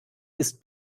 ist